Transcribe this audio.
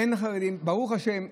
אין חרדים, ברוך השם.